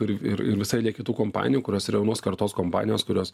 ir ir ir visa eilė kitų kompanijų kurios yra jaunos kartos kompanijos kurios